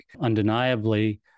undeniably